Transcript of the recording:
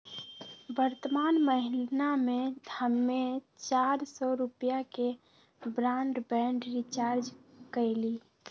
वर्तमान महीना में हम्मे चार सौ रुपया के ब्राडबैंड रीचार्ज कईली